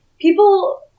people